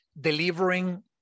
delivering